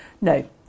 No